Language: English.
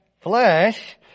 flesh